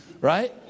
right